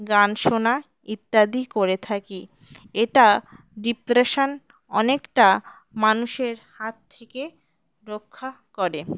গান শোনা ইত্যাদি করে থাকি এটা ডিপ্রেশন অনেকটা মানুষের হাত থেকে রক্ষা করে